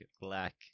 black